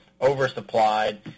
oversupplied